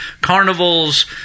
carnivals